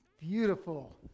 Beautiful